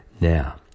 Now